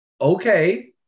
Okay